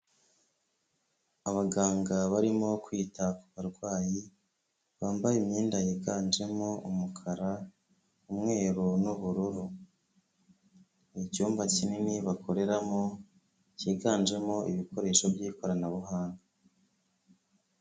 Abaganga barimo kwita ku barwayi, bambaye imyenda yiganjemo umukara, umweru n'ubururu. Ni icyumba kinini bakoreramo, cyiganjemo ibikoresho by'ikoranabuhanga.